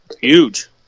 Huge